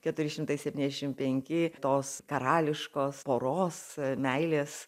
keturi šimtai septyniasdešimt penki tos karališkos poros meilės